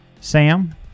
Sam